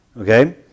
okay